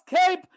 escape